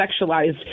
sexualized